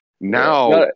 Now